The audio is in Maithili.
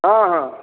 हँ हँ